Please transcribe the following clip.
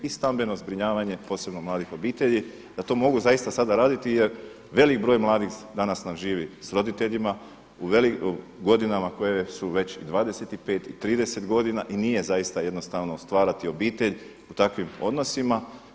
I stambeno zbrinjavanje posebno mladih obitelji da to mogu zaista sada raditi, jer velik broj mladih danas nam živi sa roditeljima u godinama koje su već 25 i 30 godina i nije zaista jednostavno stvarati obitelj u takvim odnosima.